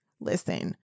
listen